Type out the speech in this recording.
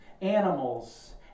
Animals